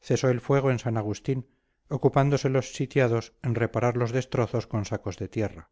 cesó el fuego en san agustín ocupándose los sitiados en reparar los destrozos con sacos de tierra